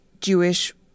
Jewish